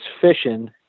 fishing